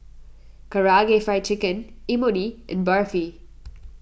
Karaage Fried Chicken Imoni and Barfi